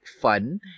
fun